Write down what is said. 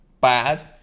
bad